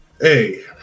hey